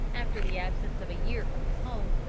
after the absence of a year from his home,